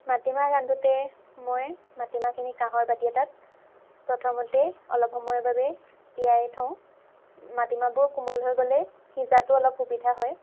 মাটিমাহ ৰান্ধোতে মই মাটিমাহখিনি কাঁহৰ বাতি এটাত প্ৰথমতেই অলপ সময়ৰ বাবে তিয়াই থওঁ মাটিমাহবোৰ কোমল হৈ গ'লেই সিজাতো অলপ সুবিধা হয়